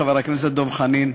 חבר הכנסת דב חנין,